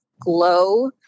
glow